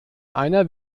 einer